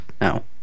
no